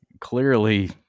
clearly